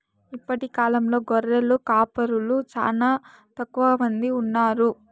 ఇప్పటి కాలంలో గొర్రెల కాపరులు చానా తక్కువ మంది ఉన్నారు